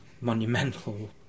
monumental